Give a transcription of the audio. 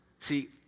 See